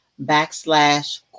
backslash